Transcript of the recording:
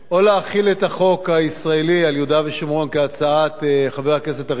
או להחיל את החוק הישראלי על יהודה ושומרון כהצעת חבר הכנסת אריאל